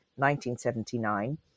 1979